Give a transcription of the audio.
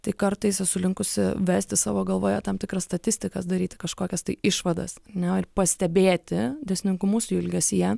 tai kartais esu linkusi vesti savo galvoje tam tikras statistikas daryti kažkokias tai išvadas ar ne ir pastebėti dėsningumus jų elgesyje